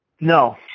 No